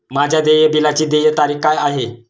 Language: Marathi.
माझ्या देय बिलाची देय तारीख काय आहे?